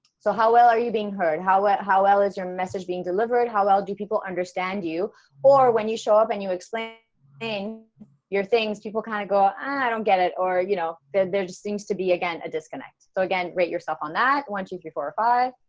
so how well are you being heard? how how well is your message being delivered? how well do people understand you or when you show up and you explained in your things people kind of go i don't get it or you know, there just seems to be again a disconnect. so again, rate yourself on that one, two, three, four, or five.